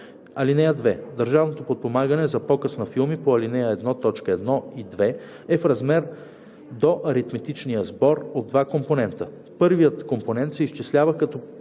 „(2) Държавното подпомагане за показ на филми по ал. 1, т. 1 и 2 е в размер до аритметичния сбор от два компонента. Първият компонент се изчислява като